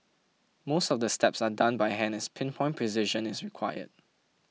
most of the steps are done by hand as pin point precision is required